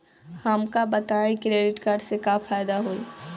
हमका बताई credit card से का फायदा होई?